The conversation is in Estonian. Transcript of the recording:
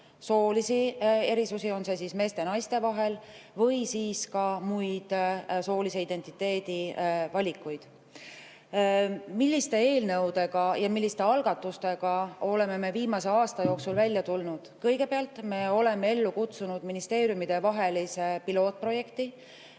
soolisi erisusi meeste ja naiste vahel ja ka muid soolise identiteedi valikuid. Milliste eelnõude ja milliste algatustega oleme me viimase aasta jooksul välja tulnud? Kõigepealt, me oleme ellu kutsunud ministeeriumidevahelise pilootprojekti,